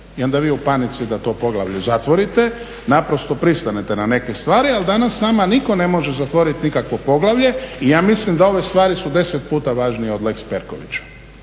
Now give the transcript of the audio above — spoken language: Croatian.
I onda vi u panici da to poglavlje zatvorite pristanete na neke stvari, ali danas nama niko ne može zatvoriti nikakvo poglavlje i ja mislim da ove stvari su 10 puta važnije od Lex Perkovića